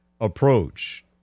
approach